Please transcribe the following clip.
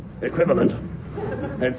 equivalent